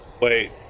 Wait